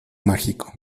mágico